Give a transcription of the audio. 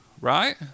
right